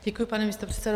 Děkuji pane místopředsedo.